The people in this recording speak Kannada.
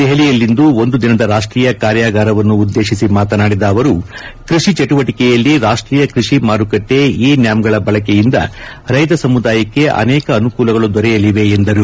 ದೆಹಲಿಯಲ್ಲಿಂದು ಒಂದು ದಿನದ ರಾಷ್ಟೀಯ ಕಾರ್ಯಾಗಾರವನ್ನು ಉದ್ದೇಶಿಸಿ ಮಾತನಾಡಿದ ಅವರು ಕೃಷಿ ಚಟುವಟಿಕೆಯಲ್ಲಿ ರಾಷ್ಷೀಯ ಕೃಷಿ ಮಾರುಕಟ್ಟೆ ಇ ನ್ಕಾಮ್ಗಳ ಬಳಕೆಯಿಂದ ರೈತ ಸಮುದಾಯಕ್ಕೆ ಅನೇಕ ಅನುಕೂಲಗಳು ದೊರೆಯಲಿವೆ ಎಂದರು